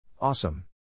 Awesome